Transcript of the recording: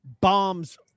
Bombs